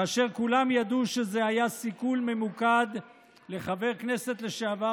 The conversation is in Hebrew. כאשר כולם ידעו שזה היה סיכול ממוקד לחבר הכנסת לשעבר